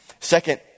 Second